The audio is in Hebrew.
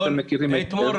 שאתם מכירים היטב,